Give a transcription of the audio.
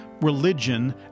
religion